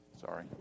Sorry